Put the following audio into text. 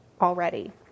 already